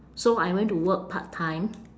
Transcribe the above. so I went to work part-time